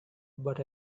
but